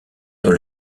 dans